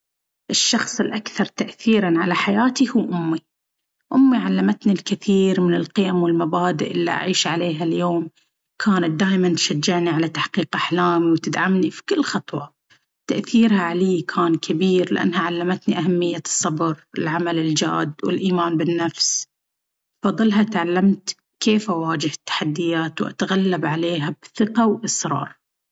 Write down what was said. الشخص الأكثر تأثيرًا على حياتي هو أمي. أمي علمتني الكثير من القيم والمبادئ اللي أعيش عليها اليوم. كانت دايمًا تشجعني على تحقيق أحلامي وتدعمني في كل خطوة. تأثيرها علي كان كبير لأنها علمتني أهمية الصبر، العمل الجاد، والإيمان بالنفس. بفضلها، تعلمت كيف أواجه التحديات وأتغلب عليها بثقة وإصرار.